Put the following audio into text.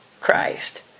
Christ